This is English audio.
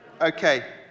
Okay